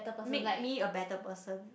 make me a better person